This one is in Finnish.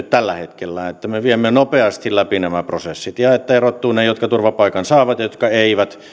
tällä hetkellä se että me viemme nopeasti läpi nämä prosessit ja että erottuvat ne jotka turvapaikan saavat ja jotka eivät ja että